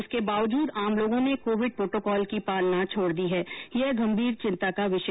इसके बावजूद आम लोगों ने कोविड प्रोटोकॉल की पालना छोड़ दी है यह गंभीर चिंता का विषय है